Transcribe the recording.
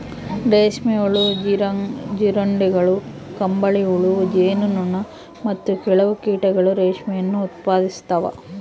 ರೇಷ್ಮೆ ಹುಳು, ಜೀರುಂಡೆಗಳು, ಕಂಬಳಿಹುಳು, ಜೇನು ನೊಣ, ಮತ್ತು ಕೆಲವು ಕೀಟಗಳು ರೇಷ್ಮೆಯನ್ನು ಉತ್ಪಾದಿಸ್ತವ